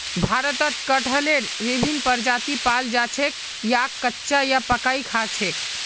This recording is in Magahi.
भारतत कटहलेर विभिन्न प्रजाति पाल जा छेक याक कच्चा या पकइ खा छेक